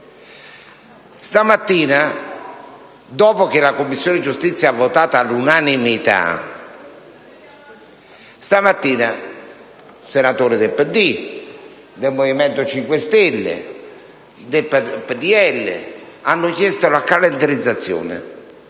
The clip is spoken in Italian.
Presidente, dopo che la Commissione giustizia ha votato all’unanimita`, stamattina senatori del PD, del Movimento 5 Stelle e del PdL hanno chiesto la calendarizzazione